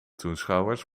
toeschouwers